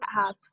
apps